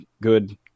good